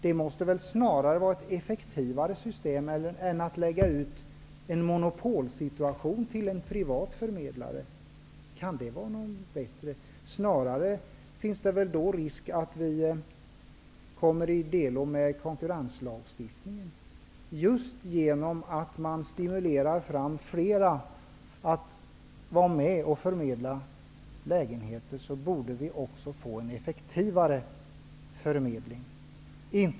Det måste väl vara ett effektivare system än att låta en privat förmedlare få monopol. Kan det vara bättre? Då finns det väl risk för att vi kommer i delo med konkurrenslagstiftningen. Genom att flera stimuleras att vara med och förmedla lägenheter borde vi få en effektivare förmedling.